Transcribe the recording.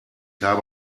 habe